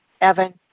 Evan